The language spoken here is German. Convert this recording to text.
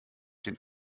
den